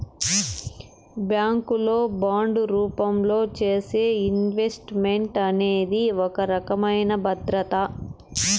bank లో bond రూపంలో చేసే ఇన్వెస్ట్ మెంట్ అనేది ఒక రకమైన భద్రత